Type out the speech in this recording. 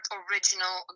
original